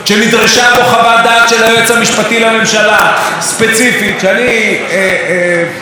ואני מקבל לחלוטין שהיועץ המשפטי לממשלה אומר משהו בדברים האלה,